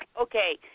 Okay